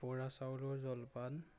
বৰা চাউলৰ জলপান